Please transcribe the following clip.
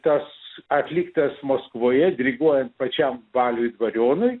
tas atliktas maskvoje diriguojant pačiam baliui dvarionui